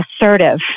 assertive